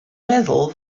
meddwl